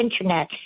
Internet